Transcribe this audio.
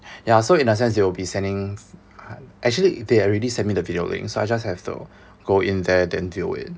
ya so in a sense they will be sending actually they already sent me the video link so I just have to go in there then do it